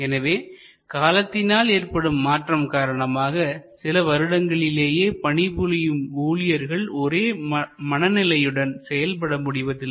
எனவே காலத்தினால் ஏற்படும் மாற்றம் காரணமாக சில வருடங்களிலேயே பணிபுரியும் ஊழியர்கள் ஒரே மனநிலையுடன் செயல்பட முடிவதில்லை